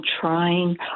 trying